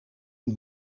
een